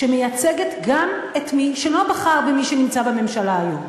שמייצגת גם את מי שלא בחר במי שנמצא בממשלה היום.